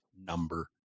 number